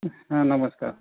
हां नमस्कार